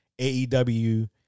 AEW